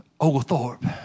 Oglethorpe